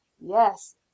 yes